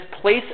place